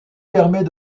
permet